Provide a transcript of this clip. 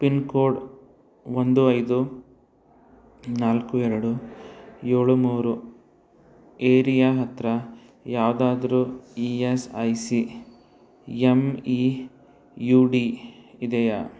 pin code ಒಂದು ಐದು ನಾಲ್ಕು ಎರಡು ಯೋಳು ಮೂರು ಏರಿಯಾ ಹತ್ತಿರ ಯಾವುದಾದ್ರು E S I C M E U D ಇದೆಯಾ